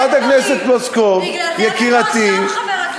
חברת הכנסת פלוסקוב, יקירתי, לא עשיתם הרבה דברים.